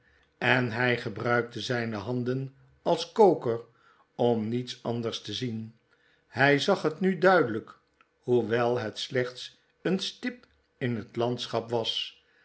en hy gebruikte zijne handen als koker om niets anders te zien hy zag het nu duidelyk hoewel het slechts een stip in het landschap was